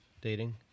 dating